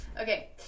Okay